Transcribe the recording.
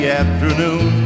afternoon